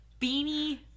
Beanie